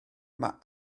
mae